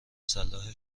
صلاح